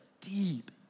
deep